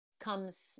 comes